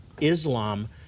Islam